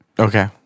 Okay